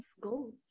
goals